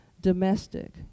domestic